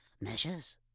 Measures